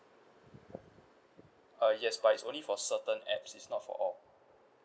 uh yes but it's only for certain apps it's not for all